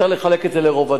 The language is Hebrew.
צריך לחלק את זה לרבדים,